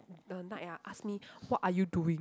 the night ah ask me what are you doing